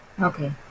okay